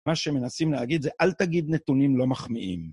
מה שמנסים להגיד זה, אל תגיד נתונים לא מחמיאים.